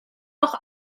auch